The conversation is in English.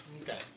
Okay